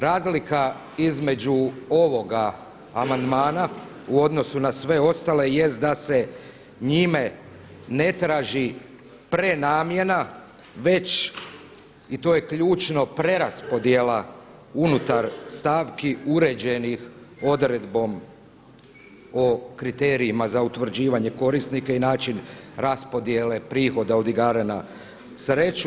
Razlika između ovoga amandmana u odnosu na sve ostale jest da se njime ne traži prenamjena, već i to je ključno, preraspodjela unutar stavki uređenih odredbom o kriterijima za utvrđivanje korisnika i način raspodjele prihoda od igara na sreću.